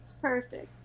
Perfect